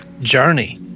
journey